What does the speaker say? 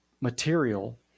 material